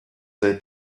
their